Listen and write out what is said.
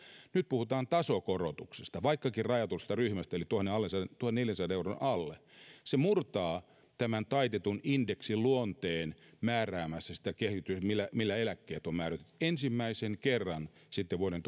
nyt puhutaan tasokorotuksesta vaikkakin rajatusta ryhmästä eli tuhannenneljänsadan euron alle se murtaa tämän taitetun indeksin luonteen määräämässä sitä millä millä eläkkeet on määrätty ensimmäisen kerran sitten vuoden